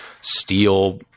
steel